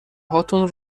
هاتون